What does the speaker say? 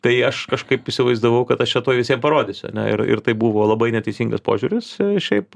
tai aš kažkaip įsivaizdavau kad aš čia tuoj visiem parodysiu ane ir ir tai buvo labai neteisingas požiūris šiaip